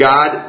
God